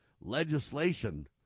legislation